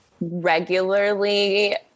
regularly